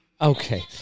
Okay